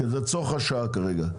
זה צורך השעה כרגע.